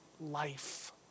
life